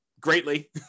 greatly